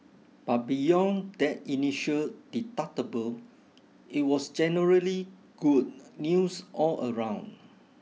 but beyond that initial deductible it was generally good news all round